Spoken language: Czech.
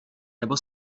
nebo